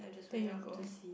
then you go